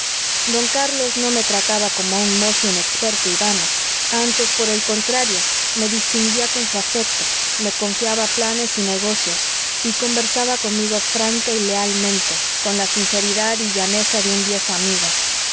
don carlos no me trataba como a un mozo inexperto y vano antes por el contrario me distinguía con su afecto me confiaba planes y negocios y conversaba conmigo franca y lealmente con la sinceridad y llaneza de un amigo